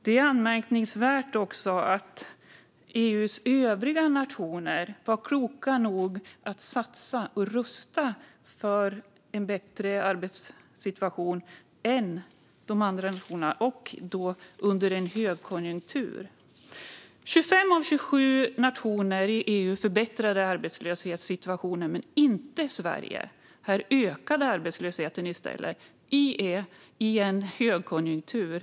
Det är anmärkningsvärt att EU:s övriga nationer var kloka nog att satsa och rusta för en bättre arbetssituation och då under en högkonjunktur. 25 av 27 nationer i EU förbättrade arbetslöshetssituationen, men inte Sverige. Här ökade arbetslösheten i stället i en högkonjunktur.